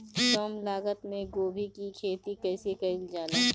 कम लागत मे गोभी की खेती कइसे कइल जाला?